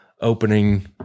opening